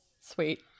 sweet